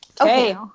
Okay